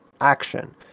action